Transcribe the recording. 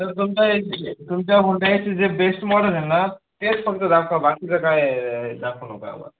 तर तुमच्या तुमच्या हुंडायचे जे बेस्ट मॉडेल आहे ना तेच फक्त दाखवा बाकीचं काय दाखवू नका आम्हाला